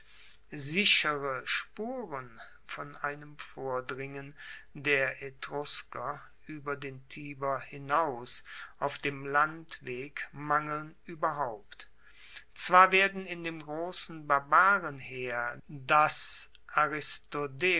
sichere spuren von einem vordringen der etrusker ueber den tiber hinaus auf dem landweg mangeln ueberhaupt zwar werden in dem grossen barbarenheer das